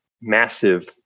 massive